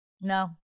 No